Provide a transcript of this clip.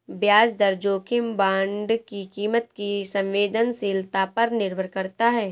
ब्याज दर जोखिम बांड की कीमत की संवेदनशीलता पर निर्भर करता है